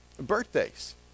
birthdays